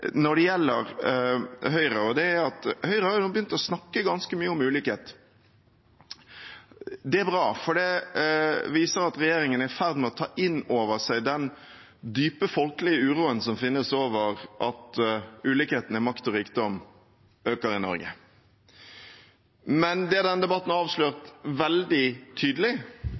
når det gjelder Høyre, og det er at Høyre nå har begynt å snakke ganske mye om ulikhet. Det er bra, for det viser at regjeringen er i ferd med å ta inn over seg den dype folkelige uroen som finnes over at ulikhetene i makt og rikdom øker i Norge. Men det denne debatten har avslørt veldig tydelig,